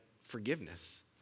forgiveness